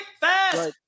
fast